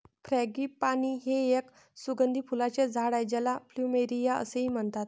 frangipani हे एक सुगंधी फुलांचे झाड आहे ज्याला प्लुमेरिया असेही म्हणतात